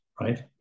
right